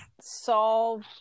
solve